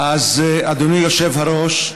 אדוני היושב-ראש,